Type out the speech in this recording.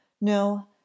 No